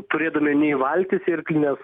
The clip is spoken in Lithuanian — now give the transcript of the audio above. turėdami nei valtis irklines